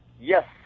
Yes